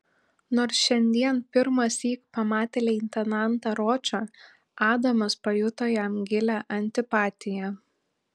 nors šiandien pirmąsyk pamatė leitenantą ročą adamas pajuto jam gilią antipatiją